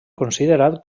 considerat